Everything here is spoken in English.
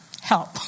help